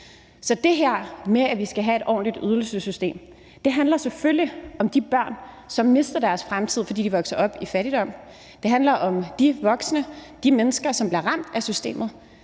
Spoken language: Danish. Så det her med, at vi skal have et ordentligt ydelsessystem, handler selvfølgelig om de børn, som mister deres fremtid, fordi de vokser op i fattigdom. Det handler om de voksne, de mennesker, som bliver ramt af systemet.